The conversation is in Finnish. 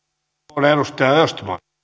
arvoisa